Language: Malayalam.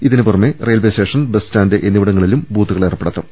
ഇതിനുപുറമെ റെയിൽവെ സ്റ്റേഷൻ ബസ്സ്റ്റാന്റ് എന്നിവിടങ്ങളിലും ബൂത്തു കൾ ഏർപ്പെടുത്തും